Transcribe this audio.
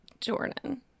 Jordan